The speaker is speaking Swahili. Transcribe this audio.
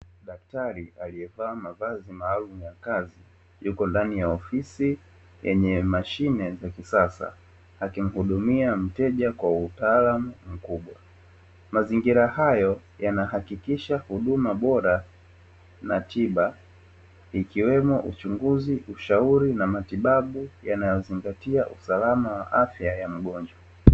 Daktari alievaa mavazi maalumu ya kazi yuko ndani ya ofisi yenye mashine za kisasa akimhudumia mteja kwa utaalamu mkubwa, mazingira hayo yanahakikisha huduma bora na tiba ikiwemo uchunguzi, ushauri na matibabu yanayozingatia usalama wa afya ya mgonjwa.